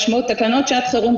משמעות תקנות חירום,